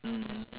mm